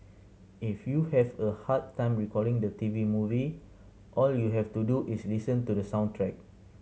if you have a hard time recalling the T V movie all you have to do is listen to the soundtrack